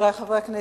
חברי חברי הכנסת,